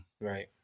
Right